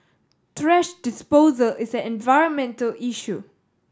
thrash disposal is an environmental issue